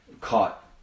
caught